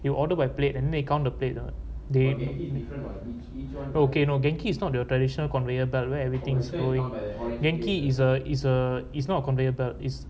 you order by plate and then they count the plate whatokay no genki is not your traditional conveyor belt where everything is flowing genki is a is a is not a conveyor belt is